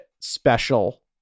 special